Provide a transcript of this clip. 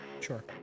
Sure